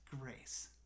grace